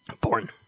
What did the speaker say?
porn